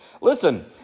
Listen